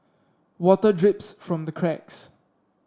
water drips from the cracks